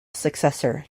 successor